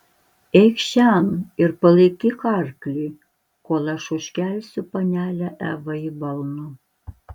eikš šen ir palaikyk arklį kol aš užkelsiu panelę evą į balną